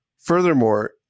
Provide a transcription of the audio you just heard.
Furthermore